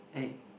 eh